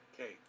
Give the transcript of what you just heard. Okay